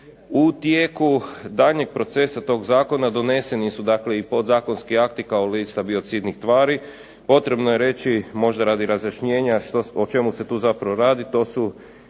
U tijeku daljnjeg procesa tog zakona doneseni su dakle i podzakonski akti kao lista biocidnih tvari. Potrebno je reći, možda radi razjašnjenja, o čemu se tu zapravo radi.